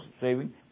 saving